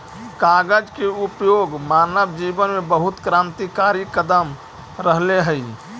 कागज के उपयोग मानव जीवन में बहुत क्रान्तिकारी कदम रहले हई